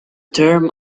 term